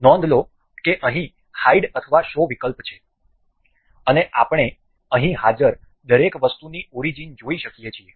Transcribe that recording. નોંધ લો કે અહીં હાઈડ અથવા શો વિકલ્પ છે અને આપણે અહીં હાજર દરેક વસ્તુની ઓરીજીન જોઈ શકીએ છીએ